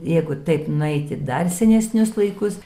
jeigu taip nueiti dar senesnius laikus